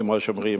כמו שאומרים,